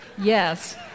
Yes